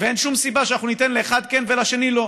ואין שום סיבה שאנחנו ניתן לאחד כן ולשני לא.